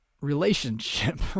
relationship